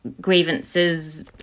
grievances